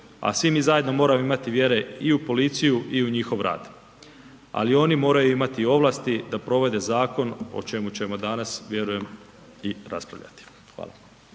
a svi mi zajedno moramo imati vjere i u policiju i u njihov rad, ali oni moraju imati ovlasti da provode zakon o čemu ćemo danas vjerujem i raspravljati. Hvala.